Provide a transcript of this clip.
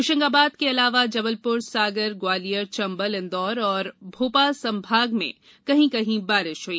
होशंगाबाद के अलावा जबलपुर सागर ग्वालियर चंबल इंदौर और भोपाल संभाग के जिलों में कहीं कहीं बारिश हुई